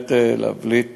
באמת להבליט